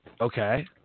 Okay